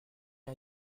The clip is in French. n’a